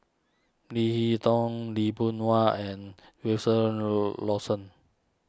Leo Tong Lee Boon Wang and Lawson